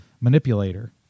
manipulator